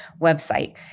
website